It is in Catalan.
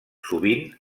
sovint